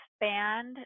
expand